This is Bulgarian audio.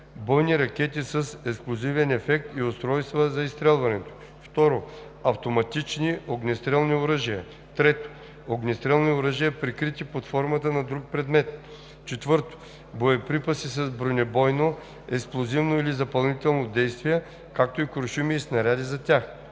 бойни ракети с експлозивен ефект и устройства за изстрелването им; 2. автоматични огнестрелни оръжия; 3. огнестрелни оръжия, прикрити под формата на друг предмет; 4. боеприпаси с бронебойно, експлозивно или запалително действие, както и куршуми и снаряди за тях;